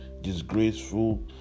disgraceful